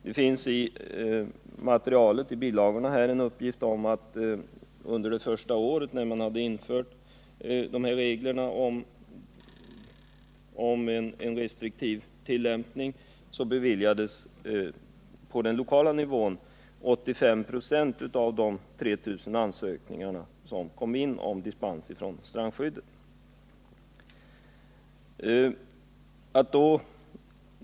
Det finns i bilagsmaterialet en uppgift om att under det första år reglerna om en restriktiv tillämpning gällde, beviljades på den lokala nivån 85 26 av de 3 000 ansökningar om dispens från strandskyddet som kom in.